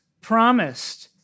promised